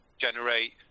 generate